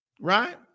Right